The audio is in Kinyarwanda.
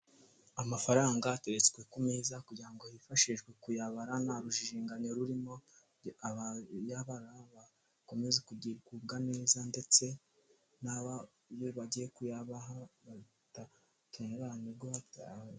Amafaranga ateretswe ku meza kugira ngo hifashishwe kuyabara nta rujijinganyo rurimo, abayabara bakomeze kugi kugubwa neza ndetse n'aba iyo bagiye kuyabaha.